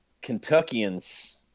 Kentuckians